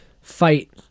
fight